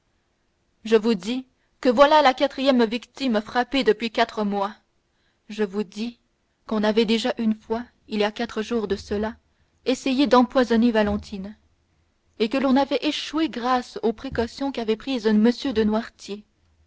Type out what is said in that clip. je vous dis que voilà la quatrième victime frappée depuis quatre mois je vous dis qu'on avait déjà une fois il y a quatre jours de cela essayé d'empoisonner valentine et que l'on avait échoué grâce aux précautions qu'avait prises m noirtier